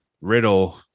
Riddle